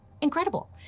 incredible